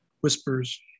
whispers